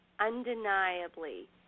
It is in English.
undeniably